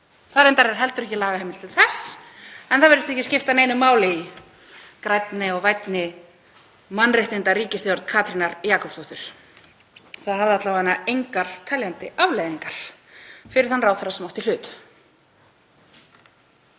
Reyndar er heldur ekki lagaheimild til þess en það virðist ekki skipta neinu máli í grænni og vænni mannréttindaríkisstjórn Katrínar Jakobsdóttur. Það hafði alla vega engar teljandi afleiðingar fyrir þann ráðherra sem átti í hlut.